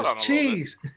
cheese